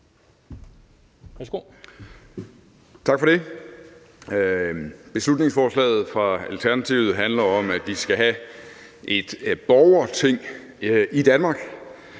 Tak for det. Beslutningsforslaget fra Alternativet handler om, at vi skal have et borgerting i Danmark,